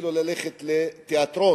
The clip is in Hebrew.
צריכים להדיר מעיני הרבה אנשים שינה: